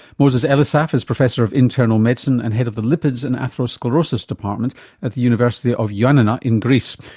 moses elisaf is professor of internal medicine and head of the lipids and atherosclerosis department at the university of yeah ioannina in greece,